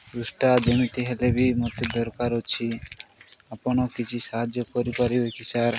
ପୃଷ୍ଟା ଯେମିତି ହେଲେ ବି ମୋତେ ଦରକାର ଅଛି ଆପଣ କିଛି ସାହାଯ୍ୟ କରିପାରିବେ କି ସାର୍